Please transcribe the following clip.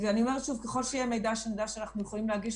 ככל שיהיה מידע שנדע שאנחנו יכולים להגיש